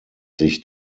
sich